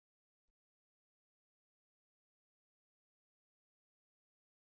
కాబట్టి ఏమాత్రం మార్పు లేదు కానీ ఇప్పుడు మార్పు ఏమిటంటే మనం జోడించాలి జోడించాల్సినవి ఏమిటి